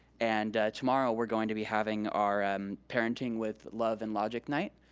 and tomorrow, we're going to be having our um parenting with love and logic night,